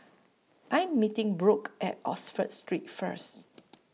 I Am meeting Brooke At Oxford Street First